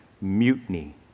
mutiny